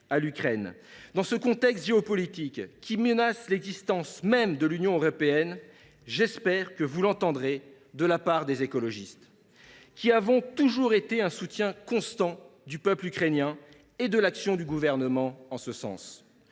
dans ce contexte géopolitique qui menace l’existence même de l’Union européenne, j’espère que vous entendrez le message des écologistes, nous qui avons constamment soutenu le peuple ukrainien et l’action du Gouvernement en ce sens.